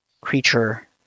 creature